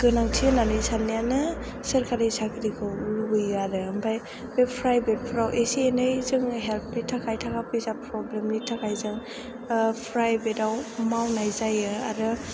गोनांथि होननानै साननायानो सोरखारि साख्रिखौ लुगैयो आरो ओमफ्राय बे प्राइभेटफ्राव एसे एनै जों हेल्पनि थाखाय थाखा फैसा प्रब्लेमनि थाखाय जों प्राइभेटआव मावनाय जायो आरो